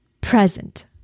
Present